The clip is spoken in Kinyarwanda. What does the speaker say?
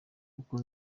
kuko